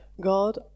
God